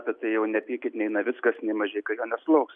bet tai jau nepykit nei navickas nei mažeika jo nesulauks